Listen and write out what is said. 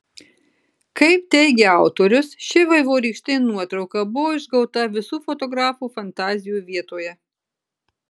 kaip teigia autorius ši vaivorykštinė nuotrauka buvo išgauta visų fotografų fantazijų vietoje